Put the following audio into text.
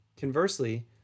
Conversely